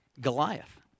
Goliath